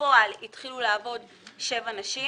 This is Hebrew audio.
בפועל התחילו לעבוד שבע נשים